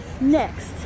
Next